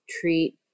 treat